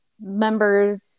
members